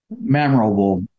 memorable